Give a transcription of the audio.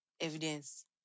evidence